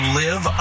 live